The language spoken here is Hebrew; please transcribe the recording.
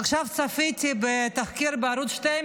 עכשיו צפיתי בתחקיר בערוץ 12,